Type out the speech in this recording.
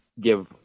give